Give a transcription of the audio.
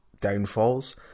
downfalls